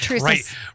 Right